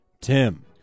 Tim